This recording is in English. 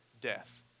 death